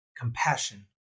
compassion